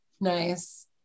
Nice